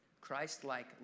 Christ-like